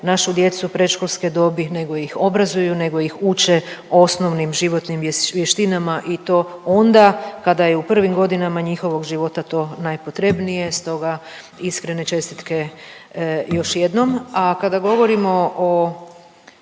našu djecu predškolske dobi nego ih obrazuju, nego ih uče osnovnim životnim vještinama i to onda kada je u prvim godinama njihovog života to najpotrebnije. Stoga iskrene čestitke još jednom. A kada govorimo o